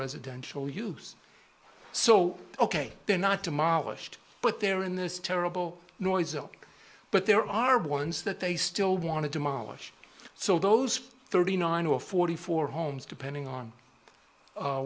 residential use so ok they're not demolished but they're in this terrible noise but there are ones that they still want to demolish so those thirty nine or forty four homes depending on